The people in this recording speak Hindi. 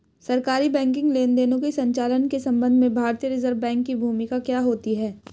सरकारी बैंकिंग लेनदेनों के संचालन के संबंध में भारतीय रिज़र्व बैंक की भूमिका क्या होती है?